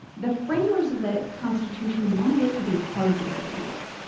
the framers of the constitution wanted it to be hard to go to war.